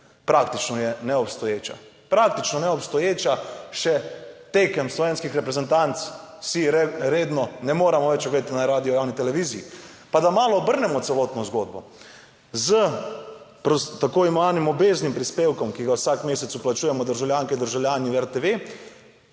Praktično je neobstoječa. Praktično neobstoječa. Še tekem slovenskih reprezentanc si redno ne moremo več ogledate na radiu, javni televiziji. Pa da malo obrnemo celotno zgodbo; s tako imenovanim obveznim prispevkom, ki ga vsak mesec vplačujemo državljanke in državljani v RTV,